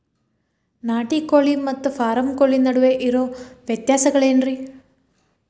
ನಾಟಿ ಕೋಳಿ ಮತ್ತ ಫಾರಂ ಕೋಳಿ ನಡುವೆ ಇರೋ ವ್ಯತ್ಯಾಸಗಳೇನರೇ?